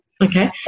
Okay